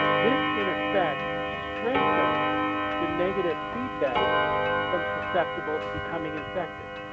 this in effect strengthens the negative feedback from susceptible to becoming infected